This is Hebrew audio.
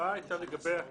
הבאה היתה לגבי